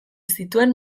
zituen